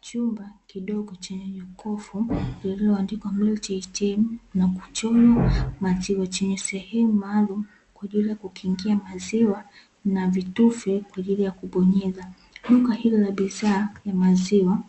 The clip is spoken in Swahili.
Chumba kidogo chenye jokofu lililoandikwa "MILK ATM" na kuchorwa maziwa chenye sehemu maalumu kwa ajili ya kukingia maziwa na vitufe kwa ajili ya kubonyeza. Duka hilo la bidhaa ya maziwa